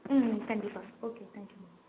ம் கண்டிப்பாக okay thank you ma'am